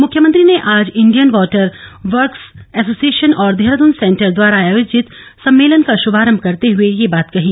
मुख्यमंत्री ने आज इंडियन वाटर वर्क्स एसोसिएशन और देहरादून सेंटर द्वारा आयोजित सम्मेलन का शुभारम्भ करते हुए यह बात कही